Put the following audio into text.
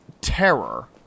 terror